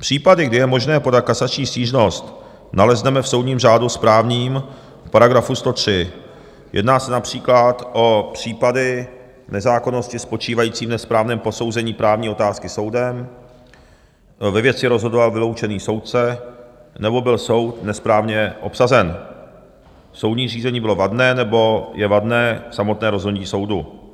Případy, kdy je možné podat kasační stížnost, nalezneme v soudním řádu správním v § 103, jedná se například o případy nezákonnosti spočívající v nesprávném posouzení právní otázky soudem, ve věci rozhodoval vyloučený soudce nebo byl soud nesprávně obsazen, soudní řízení bylo vadné nebo je vadné samotné rozhodnutí soudu.